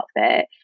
outfit